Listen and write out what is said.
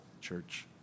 church